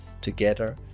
together